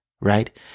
right